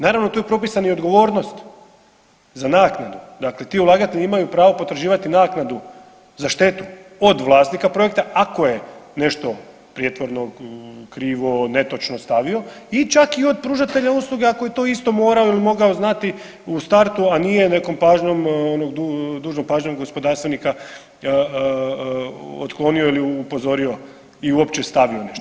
Naravno tu je propisana i odgovornost za naknadu, dakle ti ulagatelji imaju pravo potraživati naknadu za štetu od vlasnika projekta ako je nešto prijetvorno, krivo, netočno stavio i čak i od pružatelja usluga ako je to isto morao ili mogao znati u startu, a nije nekom pažnjom, onom dužnom pažnjom gospodarstvenika otklonio ili upozorio i uopće stavio nešto.